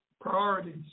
priorities